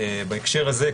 בהקשר הזה,